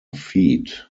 feet